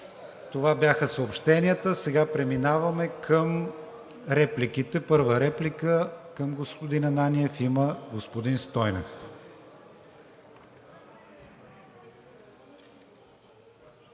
Това бяха съобщенията. Сега преминаваме към репликите. Първа реплика има господин Стойнев.